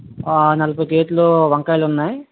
నలభై కేజీలు వంకాయలు ఉన్నాయి